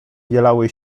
bielały